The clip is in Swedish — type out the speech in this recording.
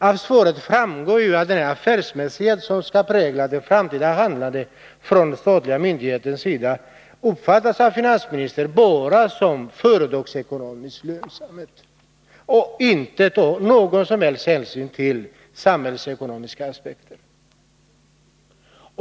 Av svaret framgår att den affärsmässighet som skall prägla den statliga myndighetens framtida handlande av finansministern uppfattas bara som företagsekonomisk lönsamhet. Han tar inte någon som helst hänsyn till samhällsekonomiska aspekter.